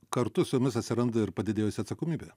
kartu su jomis atsiranda ir padidėjusi atsakomybė